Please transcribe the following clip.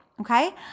okay